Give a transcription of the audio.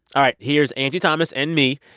all right. here's angie thomas and me.